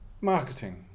marketing